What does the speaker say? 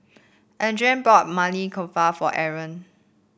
Adrain bought Maili Kofta for Aron